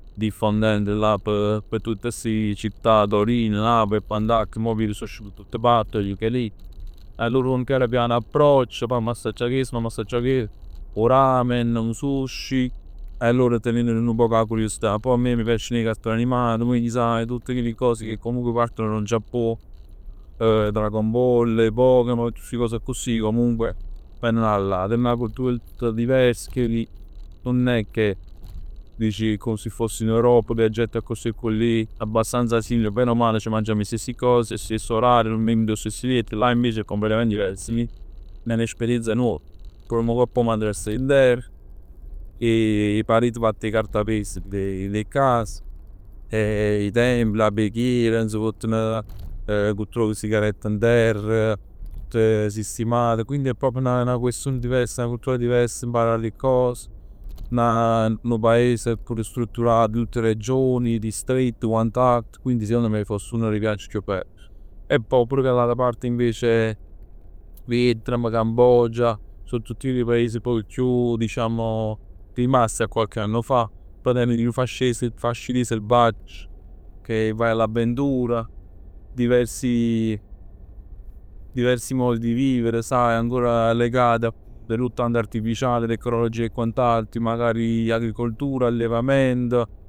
Diffondendo là p' p' tutt sti città, Torino, Napl e quant'altro. Mo vir so jesciut a tutt part anche lì. Allora uno piano piano approccia, famm assaggià chest, famm assaggià chell, 'o ramen, 'o sushi. Allor tenimm nu poc 'a curiosità. Poi a me m' piaceno 'e cartoni animati, quindi sai tutt chelli cose che comunque parteno d' 'o Giappon, Dragon Ball, 'e Pokemon, tutt sti cose accussì, comunque veneno 'a là. Tenen 'a cultur tutta diversa, pecchè chell nun è che dici è come si foss in Europa, oppure è gente che accussì accullì, abbastanza simile. Bene o male ci mangiamm 'e stessi cos, 'o stesso orario, durmimm dint 'o stesso liett. Là invece è completamente diverso. È n'esperienza nuova. Duorm ngopp 'o matarass n'terr. 'E pareti fatt 'e cartapest dint 'e case, i templi, la preghiera, insomm, nun votteno, nun truov sigarette n'terr. Tutte sistimate, quindi è 'na situazion diversa, 'na cultura diversa, m'pari 'e cos. 'O paese è pure strutturato a tutte regioni, distretti, quant'altro. Quindi secondo me foss uno d' 'e viaggi chiù bell. E poj pur chell'ata parte invece Vietnam, Cambogia, so tutt chelli paesi nu poc chiù diciamo rimasti a qualche anno fa. Poj ten chillu fascino selvaggio che vai all'avventura, diversi diversi modi di vivere, sai, ancora legati all'intelligenza artificiale, tecnologia e quant'altro, magari agricoltura e allevamento.